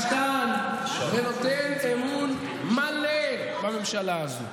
נתן ונותן אמון מלא בממשלה הזו,